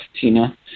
Tina